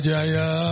Jaya